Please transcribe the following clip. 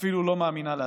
אפילו לא מאמינה לעצמה.